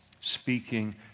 speaking